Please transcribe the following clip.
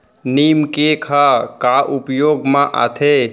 नीम cake ह का उपयोग मा आथे?